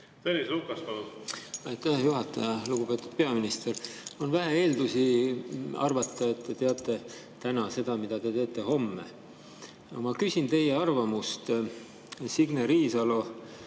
Tõnis Lukas, palun! Aitäh, juhataja! Lugupeetud peaminister! On vähe eeldusi arvata, et te teate täna seda, mida te teete homme. Ma küsin teie arvamust Signe Riisalo